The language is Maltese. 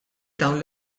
dawn